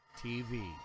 TV